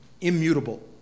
immutable